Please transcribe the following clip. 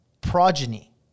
progeny